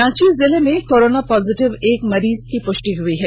रांची जिले में corona positive एक मरीज की पुष्टि हुई है